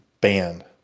banned